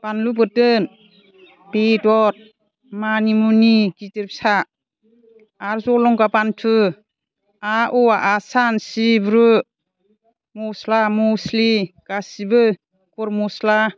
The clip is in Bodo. बानलु बोरदोन बेदर मानिमुनि गिदिर फिसा आरो जलंगा बान्थु आरो औवा आसान सिब्रु मस्ला मस्लि गासैबो गरम मस्ला